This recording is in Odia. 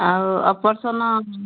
ଆଉ ଅପରସନ୍